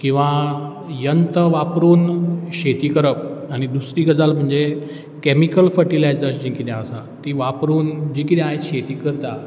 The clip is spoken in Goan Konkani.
किंवां यंत्र वापरून शेती करप आनी दुसरी गजाल म्हणजे कॅमिकल फर्टिलायजर जी कितें आसा तीं वापरून जी कितें आयज शेती करतात